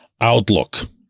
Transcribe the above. outlook